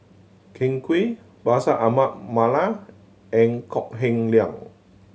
Ken Kwek Bashir Ahmad Mallal and Kok Heng Leun